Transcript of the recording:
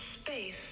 space